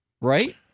right